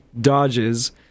dodges